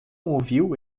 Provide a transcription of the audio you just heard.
ouviu